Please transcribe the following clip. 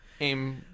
aim